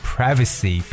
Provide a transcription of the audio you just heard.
Privacy